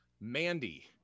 mandy